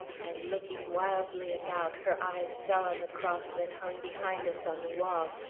and looking wildly about, her eyes fell on the cross that hung behind us on the wall.